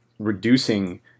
reducing